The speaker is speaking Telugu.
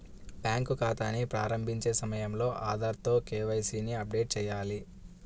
బ్యాంకు ఖాతాని ప్రారంభించే సమయంలో ఆధార్ తో కే.వై.సీ ని అప్డేట్ చేయాలి